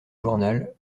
journal